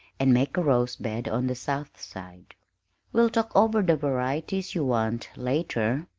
and make a rose-bed on the south side we'll talk over the varieties you want, later.